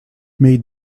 made